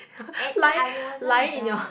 eh I wasn't drunk